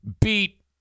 beat